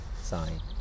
sign